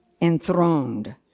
Enthroned